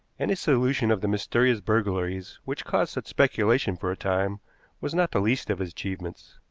and his solution of the mysterious burglaries which caused such speculation for a time was not the least of his achievements.